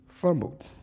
Fumbled